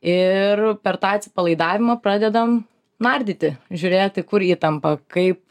ir per tą atsipalaidavimą pradedam nardyti žiūrėti kur įtampa kaip